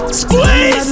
squeeze